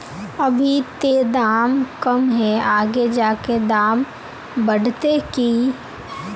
अभी ते दाम कम है आगे जाके दाम बढ़ते की?